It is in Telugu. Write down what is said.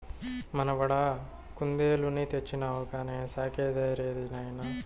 మనవడా కుందేలుని తెచ్చినావు కానీ సాకే దారేది నాయనా